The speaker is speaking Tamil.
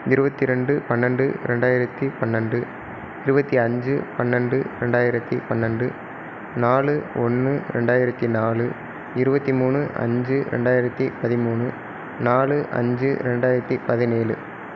இருபத்தி ரெண்டு பன்னெண்டு ரெண்டாயிரத்து பன்னெண்டு இருபத்தி அஞ்சு பன்னெண்டு ரெண்டாயிரத்து பன்னெண்டு நாலு ஒன்று ரெண்டாயிரத்து நாலு இருபத்தி மூணு அஞ்சு ரெண்டாயிரத்து பதிமூணு நாலு அஞ்சு ரெண்டாயிரத்து பதினேழு